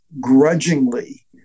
grudgingly